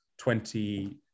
20